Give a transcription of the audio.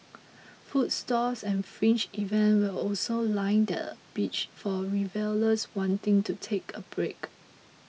food stalls and fringe events will also line the beach for revellers wanting to take a break